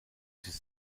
sich